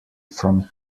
from